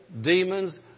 demons